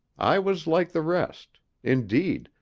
i was like the rest indeed,